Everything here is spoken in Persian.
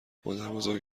مادربزرگ